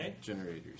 generators